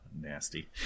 Nasty